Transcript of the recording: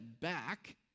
back